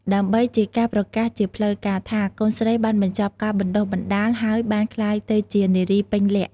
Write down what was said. ដើម្បីជាការប្រកាសជាផ្លូវការថា កូនស្រីបានបញ្ចប់ការបណ្តុះបណ្តាល ហើយបានក្លាយទៅជានារីពេញលក្ខណ៍។